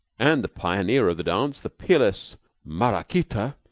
and the pioneer of the dance, the peerless maraquita,